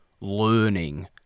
learning